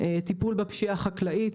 טיפול בפשיעה החקלאית: